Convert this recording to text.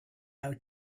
out